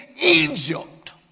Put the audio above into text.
Egypt